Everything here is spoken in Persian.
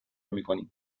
میکنیم